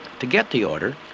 to get the order,